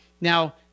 Now